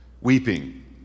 Weeping